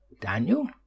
Daniel